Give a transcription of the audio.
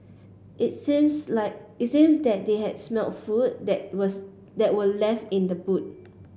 it seems like it seems that they had smelt food that was that were left in the boot